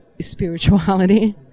spirituality